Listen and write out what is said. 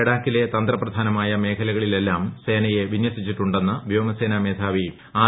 ലഡാക്കിലെ തന്ത്രപ്രധാനമായ മേഖലകളിലെല്ലാം സ്പേന്റ്റ്യെ വിന്യസിച്ചിട്ടുണ്ടെന്ന് വ്യോമസേനാ മേധാവി ആർ